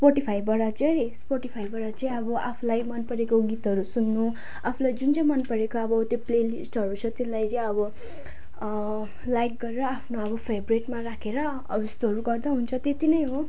स्पोटिफाईबाट चाहिँ स्पोटिफाईबाट चाहिँ अब आफूलाई मनपरेको गीतहरू सुन्नु आफूलाई जुन चाहिँ मनपरेका अब त्यो प्लेलिस्टहरू छ त्यसलाई चाहिँ अब लाइक गरेर आफ्नो अब फेबरेटमा राखेर अब यस्तोहरू गर्दा हुन्छ त्यति नै हो